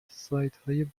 سایتهای